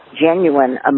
genuine